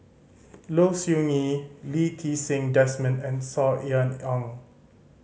Low Siew Nghee Lee Ti Seng Desmond and Saw Ean Ang